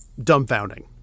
dumbfounding